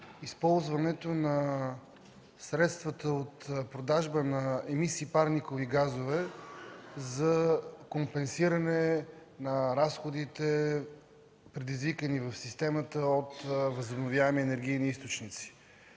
използването на средствата от продажба на емисии и парникови газове за компенсиране на разходите, предизвикани в системата от възобновяеми енергийни източници.